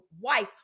wife